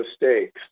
mistakes